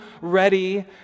ready